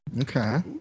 Okay